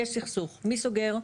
יש סכסוך; מי סוגר?